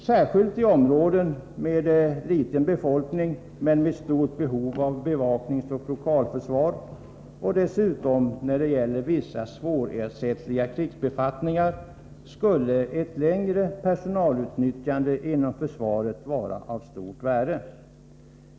Särskilt i områden med gles befolkning men med stort behov av bevakningsoch lokalförsvar samt dessutom när det gäller vissa svårersättliga krigsbefattningar skulle det vara av stort värde, om man längre än nu kunde utnyttja personalen inom försvaret.